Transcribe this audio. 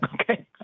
Okay